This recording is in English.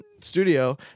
studio